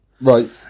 Right